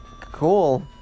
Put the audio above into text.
Cool